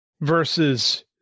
versus